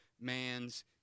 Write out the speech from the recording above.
man's